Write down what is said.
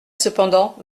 cependant